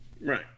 Right